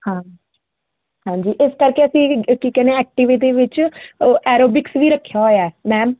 ਹਾਂ ਹਾਂਜੀ ਇਸ ਕਰਕੇ ਅਸੀਂ ਕੀ ਕਹਿੰਦੇ ਆ ਐਕਟੀਵਿਟੀ ਦੇ ਵਿੱਚ ਐਰੋਬਿਕਸ ਵੀ ਰੱਖਿਆ ਹੋਇਆ ਮੈਮ